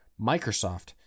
Microsoft